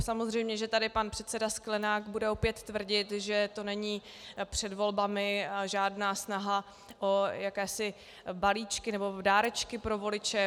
Samozřejmě, že tady pan předseda Sklenák bude opět tvrdit, že to není před volbami žádná snaha o jakési balíčky nebo dárečky pro voliče.